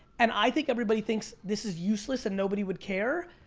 and i think everybody thinks this is useless and nobody would care,